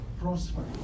Prosper